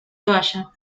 toalla